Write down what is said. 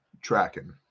tracking